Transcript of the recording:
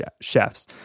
chefs